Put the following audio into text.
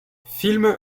film